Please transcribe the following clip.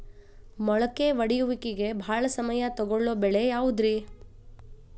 ಮೊಳಕೆ ಒಡೆಯುವಿಕೆಗೆ ಭಾಳ ಸಮಯ ತೊಗೊಳ್ಳೋ ಬೆಳೆ ಯಾವುದ್ರೇ?